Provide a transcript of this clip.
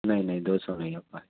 نہیں نہیں دو سو نہیں ہو پائے گا